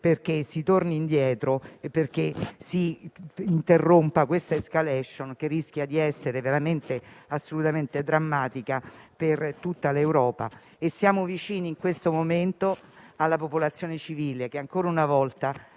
perché si torni indietro e si interrompa un'*escalation* che rischia di essere veramente drammatica per tutta l'Europa. Siamo vicini in questo momento alla popolazione civile che, ancora una volta,